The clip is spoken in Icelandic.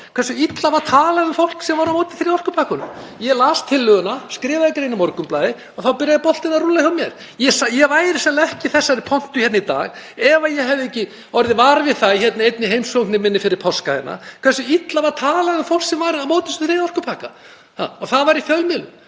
hversu illa var talað um fólk sem var á móti þriðja orkupakkanum. Ég las tillöguna, skrifaði grein í Morgunblaðið og þá byrjaði boltinn að rúlla hjá mér. Ég væri sennilega ekki í þessari pontu hérna í dag ef ég hefði ekki orðið var við það í einni heimsókn minni hingað fyrir páska hversu illa var talað um fólk sem var á móti þessum þriðja orkupakka. Og það var í fjölmiðlum.